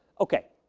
okay,